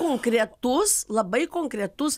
konkretus labai konkretus